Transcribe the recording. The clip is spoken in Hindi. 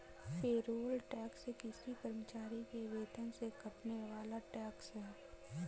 पेरोल टैक्स किसी कर्मचारी के वेतन से कटने वाला टैक्स है